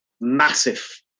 massive